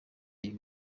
iyi